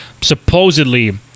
supposedly